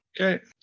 Okay